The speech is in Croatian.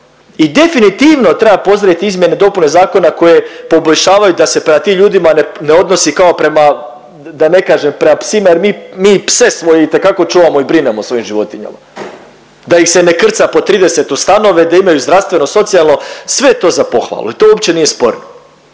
i definitivno treba pozdraviti izmjene i dopune zakona koje poboljšavaju da se prema tim ljudima ne, ne odnosi kao prema da ne kažem prema psima jer mi, mi pse svoje itekako čuvamo i brinemo o svojim životinjama, da ih se ne krca po 30 u stanove, da imaju zdravstveno i socijalno, sve je to za pohvalu i to uopće nije sporno,